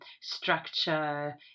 structure